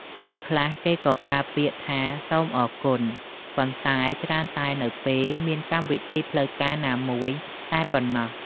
ពេលខ្លះ គេក៏ប្រើពាក្យថា សូមអរគុណ ប៉ុន្តែច្រើនតែនៅពេលមានកម្មវិធីផ្លូវការណាមួយតែប៉ុណ្ណោះ។